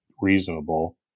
reasonable